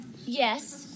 yes